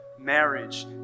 marriage